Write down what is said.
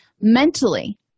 Mentally